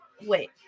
wait